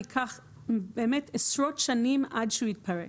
ייקחו עשרות שנים עד שהוא יתפרק.